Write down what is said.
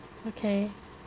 okay